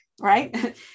right